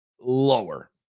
lower